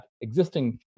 existing